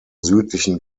südlichen